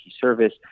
service